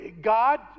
God